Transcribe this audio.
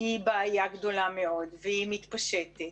היא בעיה גדולה מאוד והיא מתפשטת.